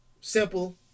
Simple